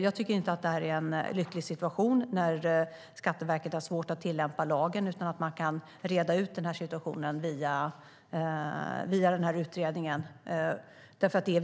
Jag tycker inte att det är en lycklig situation när Skatteverket har svårt att tillämpa lagen, utan jag hoppas att denna situation kan redas ut via denna utredning därför att det är